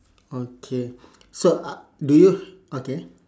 okay so uh did you okay